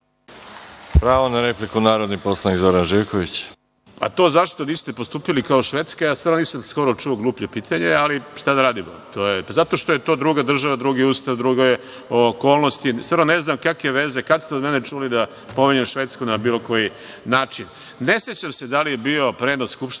Pravo na repliku narodni poslanik Zoran Živković. **Zoran Živković** To zašto niste postupili kao Švedska, stvarno nisam skoro čuo gluplje pitanje, ali šta da radimo. Zato što je to druga država, drugi ustav, druge okolnosti. Ne znam kakve veze. Kada ste od mene čuli da pominjem Švedsku na bilo koji način. Ne sećam se da li je bio prenos Skupštine